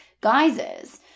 guises